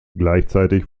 gleichzeitig